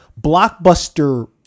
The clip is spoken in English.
Blockbuster